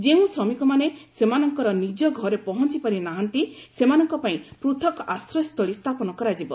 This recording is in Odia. ଯେଉଁ ଶ୍ରମିକମାନେ ସେମାନଙ୍କର ନିଜ ଘରେ ପହଞ୍ଚପାରି ନାହାନ୍ତି ସେମାନଙ୍କ ପାଇଁ ପୃଥକ୍ ଆଶ୍ରୟସ୍ଥଳୀ ସ୍ଥାପନ କରାଯିବ